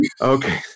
Okay